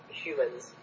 humans